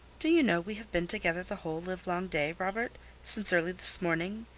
do you know we have been together the whole livelong day, robert since early this morning?